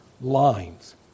lines